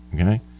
Okay